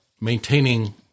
maintaining